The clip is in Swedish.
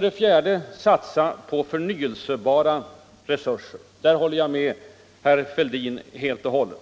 det fjärde vill vi satsa på förnyelsebara resurser. Därvidlag håller jag med herr Fälldin helt och hållet.